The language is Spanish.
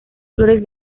flores